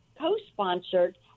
co-sponsored –